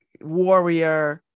warrior